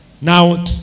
Now